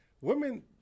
women